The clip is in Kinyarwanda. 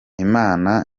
imana